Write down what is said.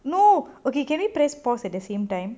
no okay can we press pause at the same time